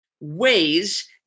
ways